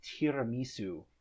tiramisu